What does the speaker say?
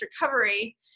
recovery